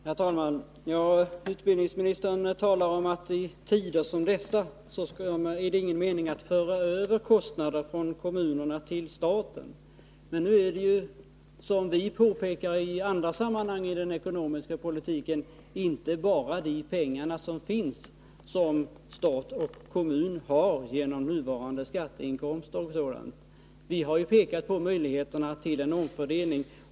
Herr talman! Utbildningsministern säger att det i tider som dessa inte är någon mening med att föra över kostnader från kommunerna till staten. Men som vi påpekar i andra sammanhang när det gäller den ekonomiska politiken är det inte bara fråga om de pengar som finns och som stat och kommun har fått in genom nuvarande skatteinkomster o. d., utan vi har också pekat på möjligheterna att göra en omfördelning.